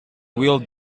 will